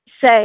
say